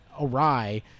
awry